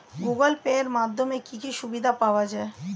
Google Pay এর মাধ্যমে কি কি সুবিধা পাওয়া যায়?